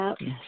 Yes